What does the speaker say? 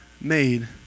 made